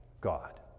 God